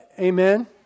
Amen